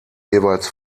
jeweils